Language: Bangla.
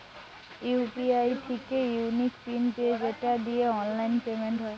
ইউ.পি.আই থিকে ইউনিক পিন পেয়ে সেটা দিয়ে অনলাইন পেমেন্ট হয়